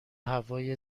هوای